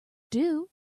due